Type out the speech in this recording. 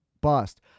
Bust